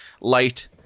light